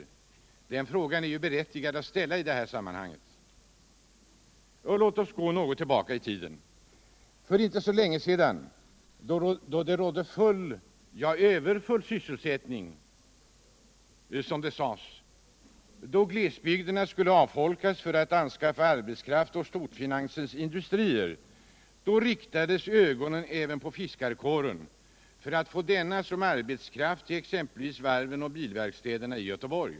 Den frågan är berättigad att ställa i detta sammanhang. Låt oss s2 något tillbaka i tiden. För inte så länge sedan, då det rådde ”full, ja, överfult sysselsättning” och då glesbygderna skulle avfolkas för att anskaffa arbetskraft åt storfinansens industrier, riktades ögonen även på fiskarkåren för att få denna som arbetskraft till exempelvis varven och bilverkstäderna i Göteborg.